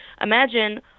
imagine